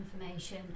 information